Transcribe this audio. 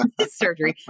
surgery